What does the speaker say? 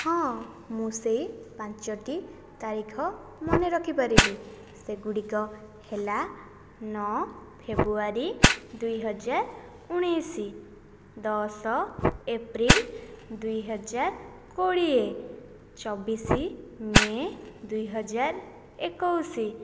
ହଁ ମୁଁ ସେହି ପାଞ୍ଚଟି ତାରିଖ ମନେ ରଖିପାରିବି ସେଗୁଡ଼ିକ ହେଲା ନଅ ଫେବୃଆରୀ ଦୁଇହଜାର ଉଣେଇଶ ଦଶ ଏପ୍ରିଲ ଦୁଇହଜାର କୋଡ଼ିଏ ଚବିଶ ମେ ଦୁଇ ହଜାର ଏକୋଇଶ